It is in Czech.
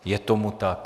Je tomu tak.